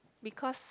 because